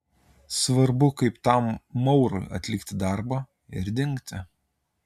svarbu kaip tam maurui atlikti darbą ir dingti